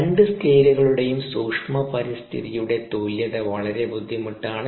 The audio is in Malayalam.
രണ്ട് സ്കെയിലുകളുടെയും സൂക്ഷ്മ പരിസ്ഥിതിയുടെ തുല്യത വളരെ ബുദ്ധിമുട്ടാണ്